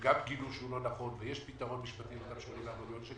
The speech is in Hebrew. הם גם גילו שהוא לא נכון ויש פתרון משפטי ל-84 מיליון שקל.